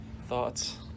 Thoughts